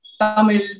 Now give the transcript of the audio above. Tamil